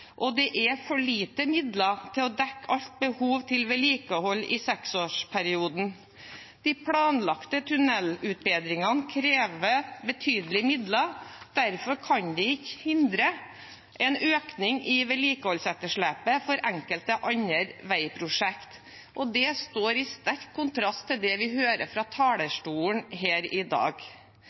og det er for lite midler til å dekke alt behov til vedlikehold i seksårsperioden. De planlagte tunnelutbedringene krever betydelige midler, derfor kan vi ikke hindre økning i vedlikeholdsetterslepet for enkelte andre vegobjekter.» Det står i sterk kontrast til det vi hører fra talerstolen her i dag.